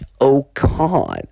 Okan